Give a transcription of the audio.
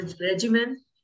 regimen